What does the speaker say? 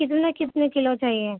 کتنے کتنے کلو چاہیے